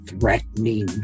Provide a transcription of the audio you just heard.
threatening